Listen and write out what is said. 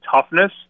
toughness